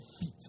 feet